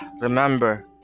remember